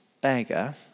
beggar